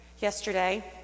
yesterday